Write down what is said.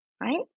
right